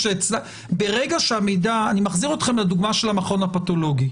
אני מחזיר אתכם לדוגמה של המכון הפתולוגי: